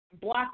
black